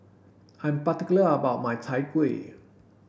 I'm particular about my Chai Kueh